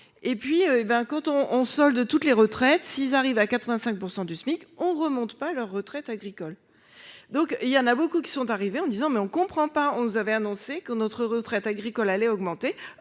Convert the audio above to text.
et puis ben quand on on solde toutes les retraites s'ils arrivent à 85 % du SMIC on remonte pas leurs retraites agricoles, donc il y en a beaucoup qui sont arrivés en disant mais on comprend pas, on nous avait annoncé que notre retraite agricole allait augmenter,